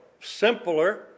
simpler